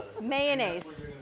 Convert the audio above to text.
Mayonnaise